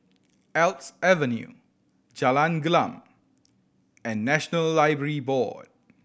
Alps Avenue Jalan Gelam and National Library Board